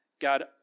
God